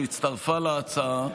שהצטרפה להצעה.